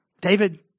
David